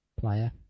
player